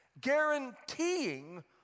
guaranteeing